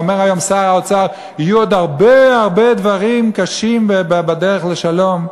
אומר היום שר האוצר: יהיו עוד הרבה דברים קשים בדרך לשלום.